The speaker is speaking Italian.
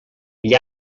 gli